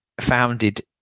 founded